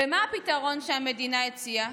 ומה הפתרון שהמדינה הציעה?